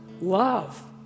love